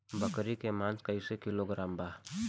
बकरी के मांस कईसे किलोग्राम बा?